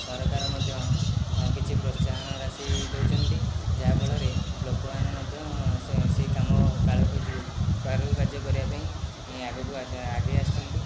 ସରକାର ମଧ୍ୟ କିଛି ପ୍ରୋତ୍ସାହନ ରାଶି ଦେଉଛନ୍ତି ଯାହାଫଳରେ ଲୋକମାନେ ମଧ୍ୟ ସେ ସେହି କାମ କାଳୁ ଏହି ଯେଉଁ କାରୁକାର୍ଯ୍ୟ କରିବା ପାଇଁ ଆଗକୁ ଆଗେଇ ଆସୁଛନ୍ତି